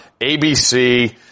ABC